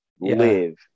live